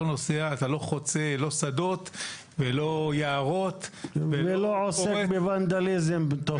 חוצה שדות ולא יערות --- ולא עוסק בוונדליזם תוך כדי.